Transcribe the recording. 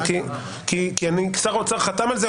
כי שר האוצר חתם על זה,